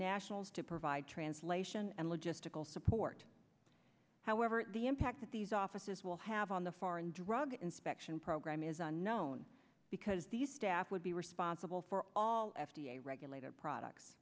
nationals to provide translation and logistical support however the impact that these offices will have on the foreign drug inspection program is unknown because these staff would be responsible for all f d a regulated products